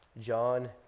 John